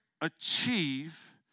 achieve